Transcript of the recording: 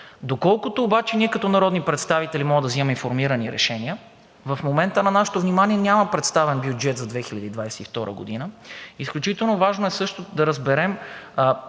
Доколкото обаче като народни представители можем да вземаме информирани решения, в момента на нашето внимание няма представен бюджет за 2022 г. Изключително важно е също да се разбере,